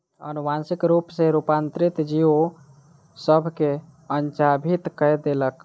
अनुवांशिक रूप सॅ रूपांतरित जीव सभ के अचंभित कय देलक